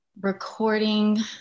recording